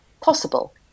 possible